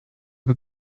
peut